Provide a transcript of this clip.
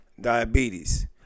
diabetes